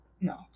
no